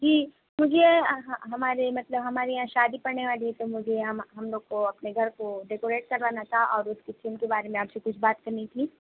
جی مجھے ہمارے مطلب ہمارے یہاں شادی پڑنے والی ہے تو مجھے ہم لوگ کو اپنے گھر کو ڈیکوریٹ کروانا تھا اور اس کچن کے بارے میں آپ سے کچھ بات کرنی تھی